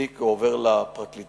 התיק עובר לפרקליטות